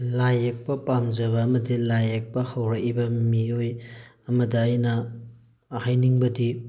ꯂꯥꯏ ꯌꯦꯛꯄ ꯄꯥꯝꯖꯕ ꯑꯃꯗꯤ ꯂꯥꯏ ꯌꯦꯛꯄ ꯍꯧꯔꯛꯏꯕ ꯃꯤꯑꯣꯏ ꯑꯃꯗ ꯑꯩꯅ ꯍꯥꯏꯅꯤꯡꯕꯗꯤ